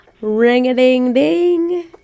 Ring-a-ding-ding